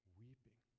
weeping